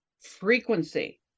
frequency